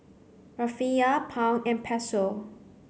Rufiyaa Pound and Peso